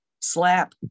slap